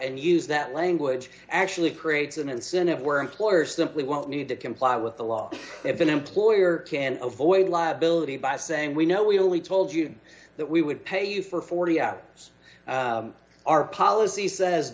and use that language actually creates an incentive where employers simply won't need to comply with the law if an employer can avoid liability by saying we know we only told you that we would pay you for forty hours our policy says